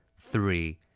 Three